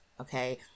Okay